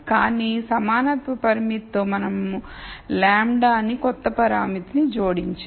కాని సమానత్వ పరిమితితో మనం λ అని కొత్త పరామితిని జోడించాము